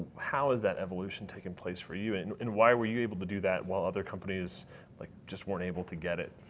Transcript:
how has that evolution taken place for you and and why were you able to do that while other companies like just weren't able to get it?